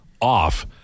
off